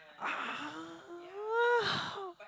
ah